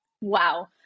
Wow